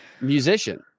musician